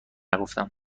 نگفتم